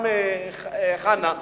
גם חנא.